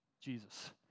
Jesus